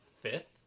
fifth